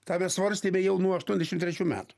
tą mes svarstėme jau nuo aštuoniasdešim trečių metų